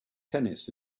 tennis